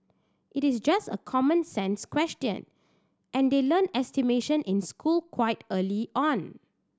it is just a common sense question and they learn estimation in school quite early on